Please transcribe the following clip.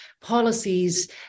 policies